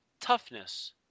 toughness